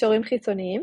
קישורים חיצוניים